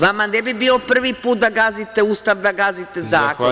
Vama ne bi bio prvi put da gazite Ustav, da gazite zakon.